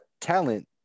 talent